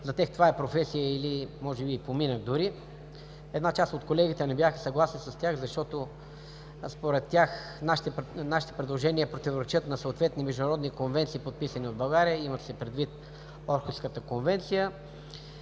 от тях това е професия или може би дори поминък. Една част от колегите не бяха съгласни с тях, защото според тях нашите предложения противоречат на съответни международни конвенции, подписани от България – има се предвид Орхуската конвенция.